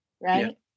right